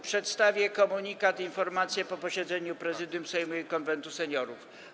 Przedstawię komunikat, informację po posiedzeniu Prezydium Sejmu i Konwentu Seniorów.